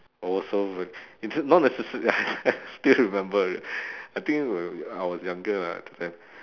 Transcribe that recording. also not necessa~ I still remember it I think when we I was younger ah at that time